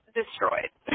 destroyed